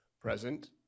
Present